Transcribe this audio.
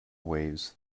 waves